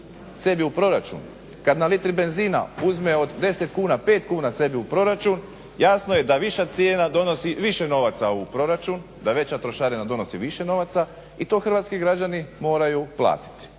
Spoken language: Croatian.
sebi u proračun, kad na litri benzina uzme od 10 kuna 5 kuna sebi u proračun jasno je da viša cijena donosi više novaca u proračun, da veća trošarina donosi više novaca i to hrvatski građani moraju platiti